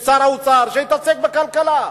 שיתעסק בכלכלה.